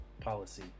policy